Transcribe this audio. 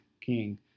king